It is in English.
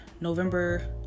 November